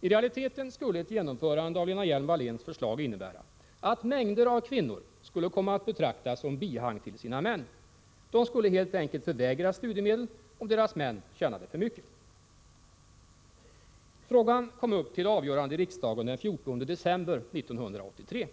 I realiteten skulle ett genomförande av Lena Hjelm-Walléns förslag innebära att mängder av kvinnor skulle komma att betraktas som bihang till sina män. De skulle helt enkelt förvägras studiemedel, om deras män tjänar för mycket. Frågan kom upp till avgörande i riksdagen den 14 december 1983.